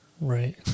Right